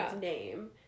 name